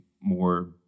more